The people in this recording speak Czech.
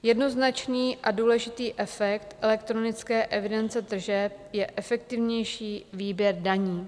Jednoznačný a důležitý efekt elektronické evidence tržeb je efektivnější výběr daní.